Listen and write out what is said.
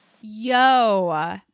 Yo